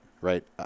Right